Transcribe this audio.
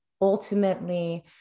ultimately